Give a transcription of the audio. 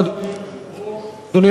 אדוני